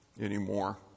anymore